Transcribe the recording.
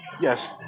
Yes